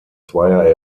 zweier